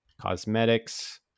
cosmetics